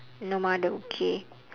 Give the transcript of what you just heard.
no mother okay